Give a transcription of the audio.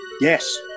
Yes